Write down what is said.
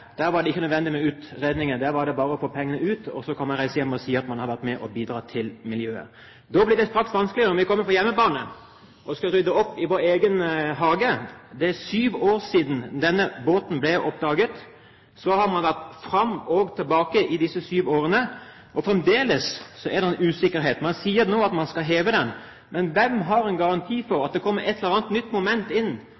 og så kunne man reise hjem og si at man har vært med og bidratt til miljøet. Da blir det straks vanskeligere når man kommer på hjemmebane og skal rydde opp i sin egen hage. Det er syv år siden denne ubåten ble oppdaget. Så har man vært fram og tilbake i disse syv årene, og fremdeles er det en usikkerhet. Man sier nå at man skal heve den, men hvem har en garanti